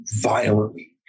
violently